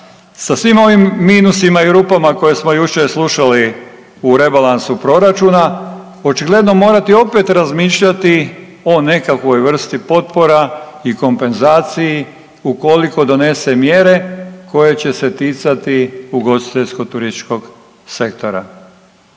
sa svim ovim minusima i rupama koje smo jučer slušali u rebalansu proračuna očigledno morati opet razmišljati o nekakvoj vrsti potpora i kompenzaciji ukoliko donese mjere koje će se ticati ugostiteljsko turističkog sektora.